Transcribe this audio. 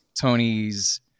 Tony's